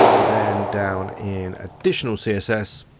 then down in additional css.